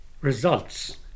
results